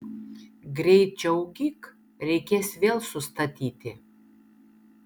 greičiau gyk reikės vėl sustatyti